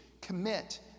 commit